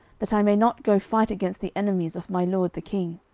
that i may not go fight against the enemies of my lord the king?